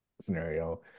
scenario